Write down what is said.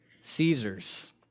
Caesar's